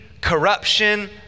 corruption